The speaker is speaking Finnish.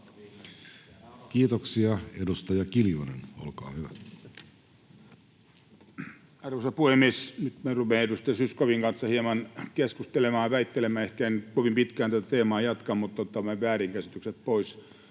muuttamisesta Time: 15:52 Content: Arvoisa puhemies! Nyt minä rupean edustaja Zyskowiczin kanssa hieman keskustelemaan ja väittelemään. Ehkä en kovin pitkään tätä teemaa jatka, mutta otamme väärinkäsitykset pois.